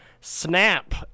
snap